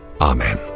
Amen